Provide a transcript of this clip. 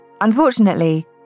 Unfortunately